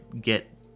get